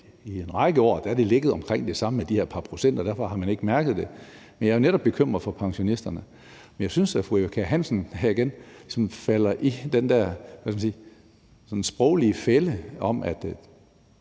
I en række år har det ligget omkring det samme, med de her par procenter, og derfor har man ikke mærket det. Men jeg er jo netop bekymret for pensionisterne. Men jeg synes, at fru Eva Kjer Hansen her igen sådan falder i den der sproglige fælde,